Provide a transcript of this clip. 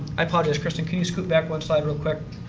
i apologize kristin, can you scoot back one slide real quick?